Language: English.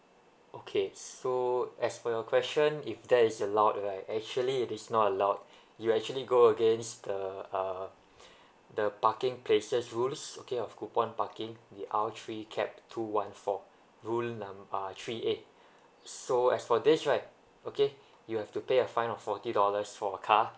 okay so as for your question if there is a lot right actually it is not a lot you actually go against the uh the parking places rules okay of coupon parking in R three cap two one four rule num~ uh three eight so as for this right okay you have to pay a fine of forty dollars for a car